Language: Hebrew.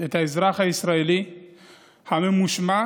את האזרח הישראלי הממושמע.